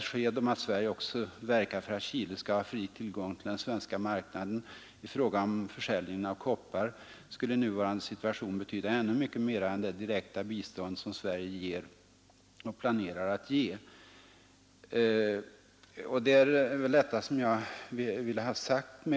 staters rätt att om att Sverige också verkar för att Chile skall ha fri tillgång till den nationalisera natursvenska marknaden i fråga om försäljningen av koppar skulle i nuvarande tillgångar, m.m. situation betyda ännu mera än det direkta bistånd som Sverige ger och Chile, nu senast en utvecklingskredit som uppgår till 24,2 miljoner planerar att ge.